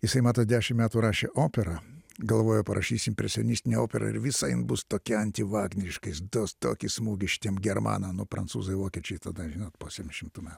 jisai matot dešim metų rašė operą galvojo parašys impresionistinę operą ir visa jin bus tokia antivagneriška jis duos tokį smūgį šitiems germanam nu prancūzai vokiečiai tada žinot po septyniasdešimtų metų